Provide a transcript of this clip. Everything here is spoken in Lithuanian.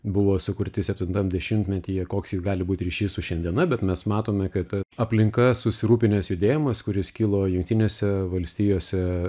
buvo sukurti septintam dešimtmetyje koks jis gali būti ryšys su šiandiena bet mes matome kad aplinka susirūpinęs judėjimas kuris kilo jungtinėse valstijose